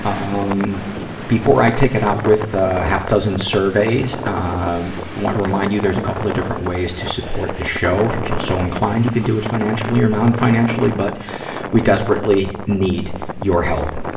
um before i take it out with, ah, half dozen surveys, um, want to remind you there's a couple of different ways to support the show, if you feel so inclined. you could do it financially or non-financially, but we desperately need your help.